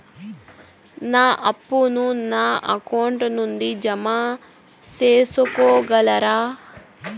నా అప్పును నా అకౌంట్ నుండి జామ సేసుకోగలరా?